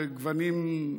בגוונים,